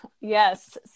yes